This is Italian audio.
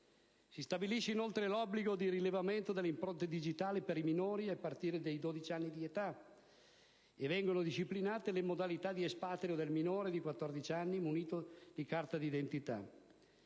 Si stabilisce inoltre l'obbligo di rilevamento delle impronte digitali per i minori a partire dai 12 anni di età e vengono disciplinate le modalità di espatrio del minore di 14 anni munito di carta d'identità.